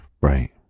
Right